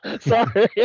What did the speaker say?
Sorry